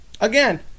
again